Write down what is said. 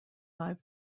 five